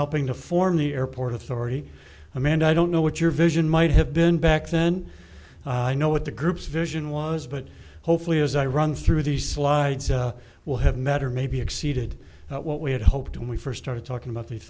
helping to form the airport authority amanda i don't know what your vision might have been back then i know what the group's vision was but hopefully as i run through the slides i will have met or maybe exceeded what we had hoped when we first started talking about the